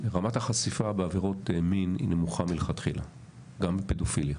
רמת החשיפה בעבירות מין היא נמוכה מלכתחילה גם בפדופיליה.